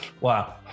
Wow